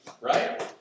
Right